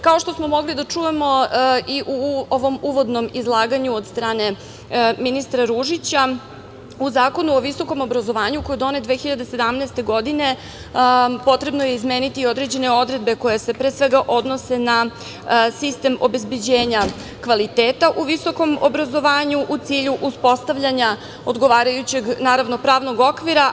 Kao što smo mogli da čujemo i u ovom uvodnom izlaganju od strane ministra Ružića, u Zakonu o visokom obrazovanju koji je donet 2017. godine potrebno je izmeniti određene odredbe koje se pre svega odnose na sistem obezbeđenja kvaliteta u visokom obrazovanju u cilju uspostavljanja odgovarajućeg pravnog okvira.